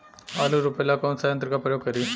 आलू रोपे ला कौन सा यंत्र का प्रयोग करी?